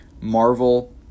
Marvel